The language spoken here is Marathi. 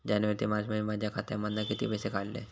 जानेवारी ते मार्चमध्ये माझ्या खात्यामधना किती पैसे काढलय?